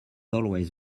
always